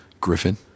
Griffin